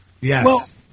Yes